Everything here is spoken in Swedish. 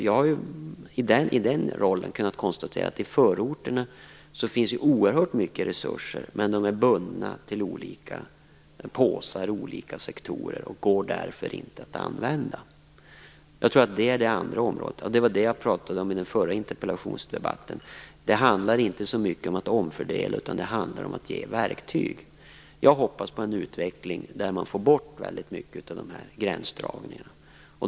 Jag har i den rollen kunnat konstatera att det i förorterna finns oerhört många resurser. Men de är bundna till olika påsar och olika sektorer och går därför inte att använda. Detta är det andra området. Jag talade i den förra interpellationsdebatten om det. Det handlar inte så mycket om att omfördela, utan det handlar om att ge verktyg. Jag hoppas på en utveckling där man får bort väldigt mycket av dessa gränsdragningar.